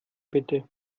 bitte